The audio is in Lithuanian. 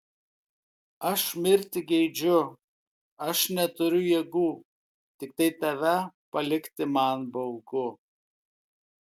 aš mirti geidžiu aš neturiu jėgų tiktai tave palikti man baugu